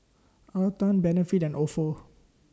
Atherton Benefit and Ofo